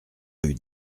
rue